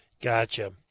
Gotcha